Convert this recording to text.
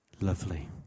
lovely